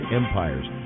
empires